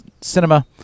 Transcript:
Cinema